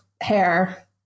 hair